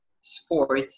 sport